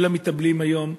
כולם מתאבלים היום,